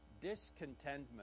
discontentment